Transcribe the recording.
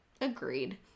agreed